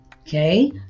Okay